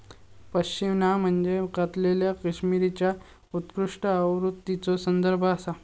पश्मिना म्हणजे कातलेल्या कश्मीरीच्या उत्कृष्ट आवृत्तीचो संदर्भ आसा